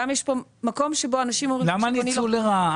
וגם יש מקום שבו אנשים אומרים --- למה ניצול לרעה?